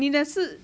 你的是